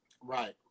Right